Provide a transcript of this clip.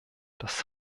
das